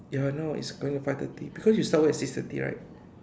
ya now it's going to be five thirty because you start work at six thirty right